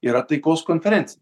yra taikos konferencija